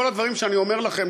כל הדברים שאני אומר לכם,